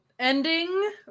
ending